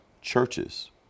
churches